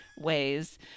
ways